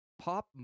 pop